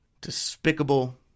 despicable